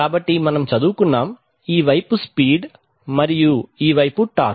కాబట్టి మనం చదువుకున్నాం ఈ వైపు స్పీడ్ మరియు ఈ వైపు టార్క్